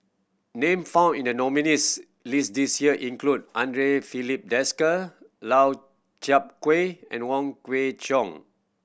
name found in the nominees' list this year include Andre Filipe Desker Lau Chiap Khai and Wong Kwei Cheong